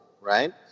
right